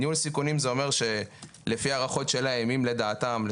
ניהול סיכונים אומר שלפי ההערכות שלהם אם לדעתם,